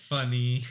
Funny